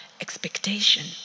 expectation